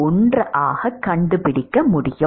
1 ஆகக் கண்டுபிடிக்க முடியும்